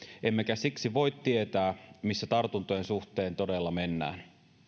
emmekä siksi voi tietää missä tartuntojen suhteen todella mennään